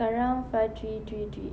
sekarang five three three three